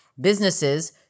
businesses